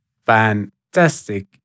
fantastic